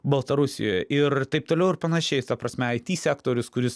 baltarusijoje ir taip toliau ir panašiai ta prasme aiti sektorius kuris